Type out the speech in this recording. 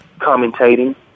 commentating